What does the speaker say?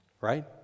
Right